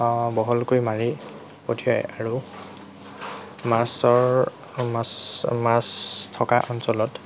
বহলকৈ মাৰি পঠিয়ায় আৰু মাছৰ মাছ মাছ থকা অঞ্চলত